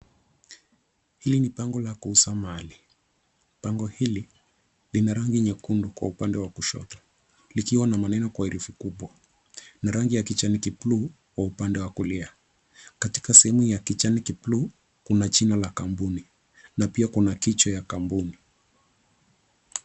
Hili ni bango la kuuza mali, bango hili lina rangi nyekundu kwa upande wa kushoto likiwa na maneno kwa herufi kubwa na rangi ja kijani kubluu kwa upande wa kulia katika sehemu ya kijani kibluu kuna jina la kampuni na pia kuna kichwa ya kampuni.